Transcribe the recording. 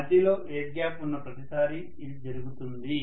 మధ్యలో air gap ఉన్న ప్రతిసారీ ఇది జరుగుతుంది